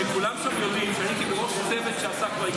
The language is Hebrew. כשכולם שם יודעים שאני הייתי בראש הצוות שעסק בעניין,